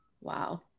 Wow